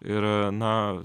ir na